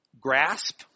grasp